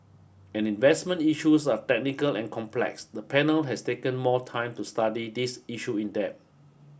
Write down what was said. as investment issues are technical and complex the panel has taken more time to study this issue in depth